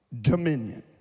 dominion